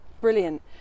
brilliant